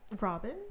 Robin